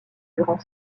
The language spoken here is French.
durant